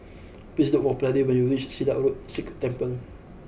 please look for Brady when you reach Silat Road Sikh Temple